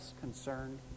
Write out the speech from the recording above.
concerned